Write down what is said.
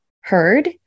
heard